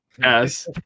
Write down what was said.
yes